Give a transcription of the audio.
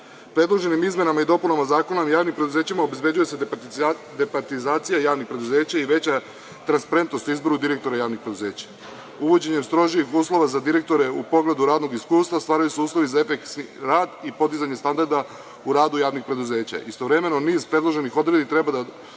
štednje. Predloženim izmenama i dopunama Zakona o javnim preduzećima obezbeđuje se departizacija javnih preduzeća i veća transparentnost o izboru javnih preduzeća. Uvođenjem strožijih uslova za direktore u pogledu radnog iskustva ostvaruju se uslovi za efikasniji rad i podizanje standarda u radu javnih preduzeća. Istovremeno, niz predloženih odredbi treba da dovede